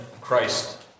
Christ